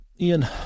Ian